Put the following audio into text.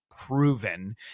proven